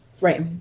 Right